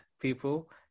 people